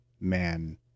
man